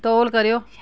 तौल करेओ